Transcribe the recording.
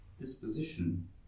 disposition